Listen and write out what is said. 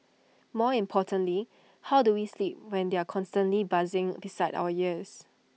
more importantly how do we sleep when they are constantly buzzing beside our ears